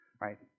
right